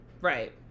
Right